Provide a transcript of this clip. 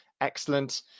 excellent